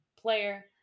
player